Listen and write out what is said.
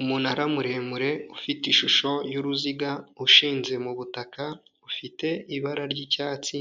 Umunara muremure ufite ishusho y'uruziga ushinze mu butaka, ufite ibara ry'icyatsi,